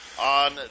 on